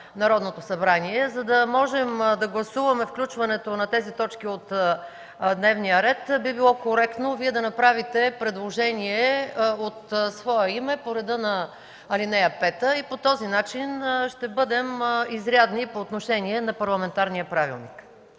Народното събрание. За да можем да гласуваме включването на тези точки в дневния ред, би било коректно Вие да направите предложение от свое име по реда на ал. 5 и по този начин ще бъдем изрядни по отношение на парламентарния правилник.